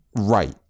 Right